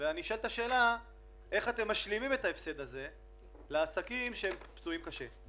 גם בטווחים קצרים